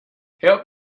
help